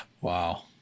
wow